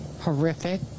Horrific